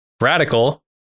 radical